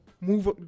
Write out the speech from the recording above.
move